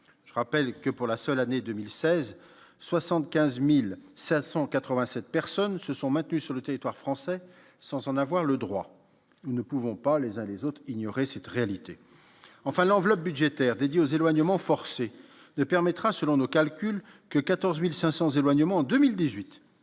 je rappelle que pour la seule année 2016, 75787 personnes se sont maintenus sur le territoire français, sans en avoir le droit, nous ne pouvons pas les uns les autres ignorer cette réalité enfin l'enveloppe budgétaire dédiée aux éloignements forcés de permettra, selon nos calculs, que 14500 éloignements en 2018,